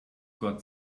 got